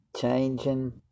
changing